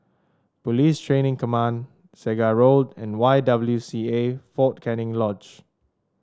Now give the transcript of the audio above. Police Training Command Segar Road and Y W C A Fort Canning Lodge